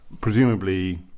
presumably